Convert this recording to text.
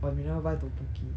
but we never buy